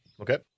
Okay